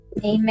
Amen